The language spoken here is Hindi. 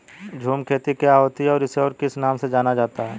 झूम खेती क्या होती है इसे और किस नाम से जाना जाता है?